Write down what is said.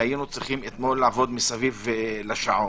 והיינו צריכים אתמול לעבוד מסביב לשעון.